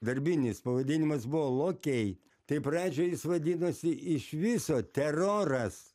darbinis pavadinimas buvo lokiai tai pradžioj jis vadinosi iš viso teroras